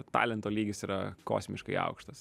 talento lygis yra kosmiškai aukštas